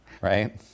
right